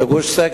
בגוש-שגב,